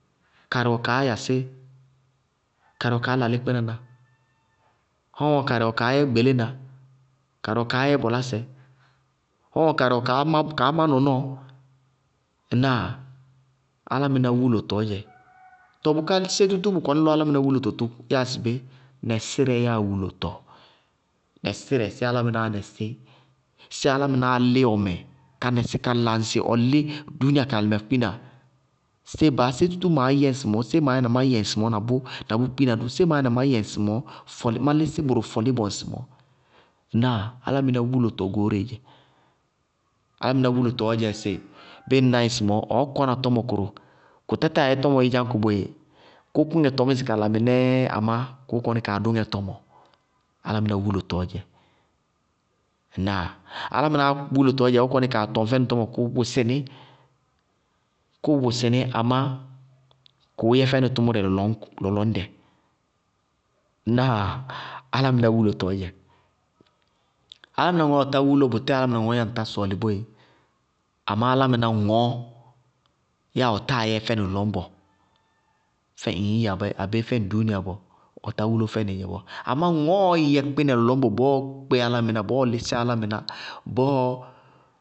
Karɩ wɛ kaá yasí, karɩ wɛ kaá lalí kpínaná, hɔɔɔñ karɩ wɛ kaá yɛ gbeléna, karɩ wɛ kaá yɛ bɔlásɛ, hɔɔɔŋ-hɔɔɔŋ karɩ wɛ kaá má nɔnɔɔ. Ŋnáa? Álámɩná wúlotɔɔ dzɛ. Tɔɔ bʋká sé tútúú bʋ kɔnɩ lɔ álámɩná wúlotɔɔ tʋ, yáa sɩ bé? Nɛsírɛ yáa wúlotɔ, nɛsírɛ séé álámɩnáá nɩsí? Séé álámɩnáá lí ɔmɛ, ka nɩsɩ kala ŋsɩ ɔkí dúúnia karɩmɛ kpina, séé baá sé tútúú baá yɛ ŋsɩmɔɔ, séé maá yɛ na má tɩ ŋsɩmɔɔ, na bʋ kpina dʋ, séé maá yɛ na má yɛ ŋsɩmɔɔ, fɔlɩ, má lísí bʋrʋ fɔlíbɔ ŋsɩmɔɔ? Ŋnáa? Álámɩná wúlotɔ goóreé dzɛ álámɩná wúlotɔɔ dzɛ sɩ bɩɩ ñna í ŋsɩmɔɔ, ɔɔ kɔna tɔmɔ kʋrʋ, kʋ tátáa yɛ tɔmɔ ídzáñkʋ boéé, kʋ kʋŋɛ tɔmísɩ kala mɛɔɩnɛɛ, amá bʋʋ kɔní kaa dʋŋɛ tɔmɔ. Álámɩná wúlotɔɔ dzɛ. Ŋnáa? Álámɩná wúlotɔɔ dzɛ ɔɔ kɔnɩ kaa tɔŋ fɛnɩ tɔmɔ kʋ wʋsɩ ní, kʋ wʋsɩ ní, amá kʋʋ yɛ fɛnɩ tʋmʋrɛ lɔlɔñdɛ. Ŋnáa? Álámɩná wúlotɔɔ dzɛ. Álámɩná ŋɔɔ yáa ɔtá wúlo, bʋtɛɛ ŋɔɔ ñyáa ŋtá sɔɔlɩ boéé, amá alámaá ŋɔɔ yáa ɔɔtáa yɛ fɛnɩ lɔlɔñbɔ, fɛ ŋñyiyamɛ abé fɛ ŋñyiya bɔɔ, ɔtá wúlo fɛ nɩí dzɛ bɔɔ. Amá ŋɔɔɔ yɛ kpínɛ lɔlɔñbɔ bɔɔ kpe álámɩná, bɔɔɔ lísí álámɩná, bɔɔɔ.